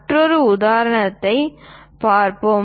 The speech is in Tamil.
மற்றொரு உதாரணத்தைப் பார்ப்போம்